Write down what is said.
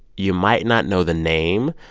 you might not know the name,